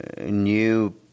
new